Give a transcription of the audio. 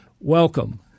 welcome